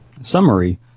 Summary